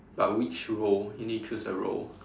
but which role you need to choose a role